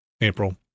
April